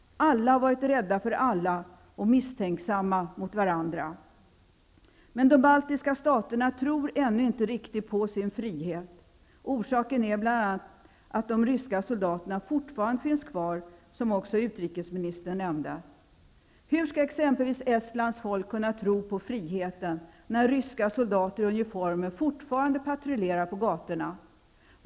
Alla har varit rädda för alla och misstänksamma mot varandra. Men de baltiska staterna tror ännu inte riktigt på sin frihet. Orsaken är bl.a. att de ryska soldaterna fortfarande finns kvar, som också utrikesministern nämnde. Hur skall exempelvis Estlands folk kunna tro på friheten, när ryska soldater i uniformer fortfarande patrullerar på gatorna?